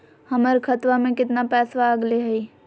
हमर खतवा में कितना पैसवा अगले हई?